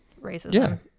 Racism